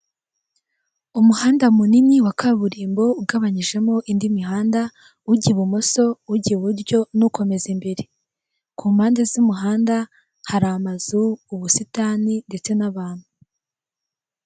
Umuhanda munini wa kaburimbo ugabanyijemo indi mihanda, ujya ibumoso, ujya iburyo n'ukomeza imbere. Ku mpande z'umuhanda hari amazu, ubusitani, ndetse n'abantu.